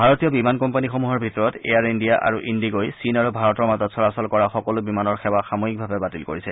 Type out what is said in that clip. ভাৰতীয় বিমান কোম্পানীসমূহৰ ভিতৰত এয়াৰ ইণ্ডিয়া আৰু ইণ্ডিগ'ই চীন আৰু ভাৰতৰ মাজত চলাচল কৰা সকলো বিমানৰ সেৱা সাময়িকভাৱে বাতিল কৰিছে